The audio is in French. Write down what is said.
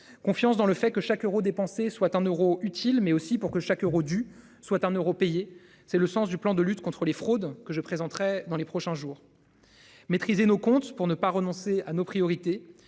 confiance dans le fait que chaque euro dépensé soit un euro utile mais aussi pour que chaque euro du soit un euros payés. C'est le sens du plan de lutte contre les fraudes que je présenterai dans les prochains jours. Maîtriser nos comptes pour ne pas renoncer à nos priorités,